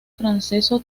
francesco